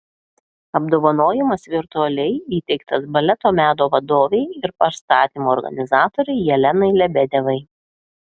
apdovanojimas virtualiai įteiktas baleto meno vadovei ir pastatymų organizatorei jelenai lebedevai